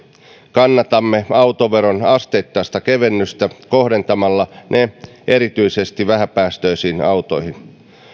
kannatamme autoveron asteittaisia kevennyksiä kohdentamalla ne erityisesti vähäpäästöisiin autoihin